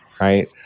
right